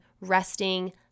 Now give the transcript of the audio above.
resting